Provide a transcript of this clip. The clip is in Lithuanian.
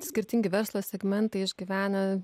skirtingi verslo segmentai išgyvena